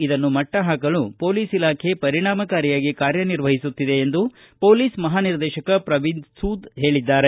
ಇದನ್ನು ಮಟ್ಟಹಾಕಲು ಪೊಲೀಸ್ ಇಲಾಖೆ ಪರಿಣಾಮಕಾರಿಯಾಗಿ ಕಾರ್ಯನಿರ್ವಹಿಸುತ್ತಿದೆ ಎಂದು ಪೋಲಿಸ್ ಮಹಾನಿರ್ದೇಶಕ ಪ್ರವೀದ ಸೂದ್ ಹೇಳಿದ್ದಾರೆ